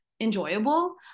enjoyable